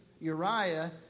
Uriah